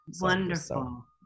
Wonderful